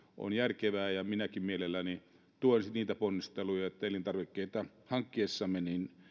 on järkevä ja minäkin mielelläni tuen niitä ponnisteluja että elintarvikkeita hankkiessamme